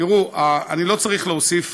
תראו, אני לא צריך להוסיף.